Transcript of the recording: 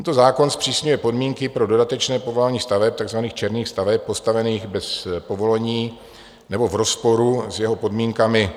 Tento zákon zpřísňuje podmínky pro dodatečné povolování staveb, takzvaných černých staveb, postavených bez povolení nebo v rozporu s jeho podmínkami.